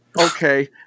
Okay